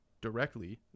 directly